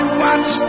watch